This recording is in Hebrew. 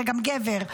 וגם גבר,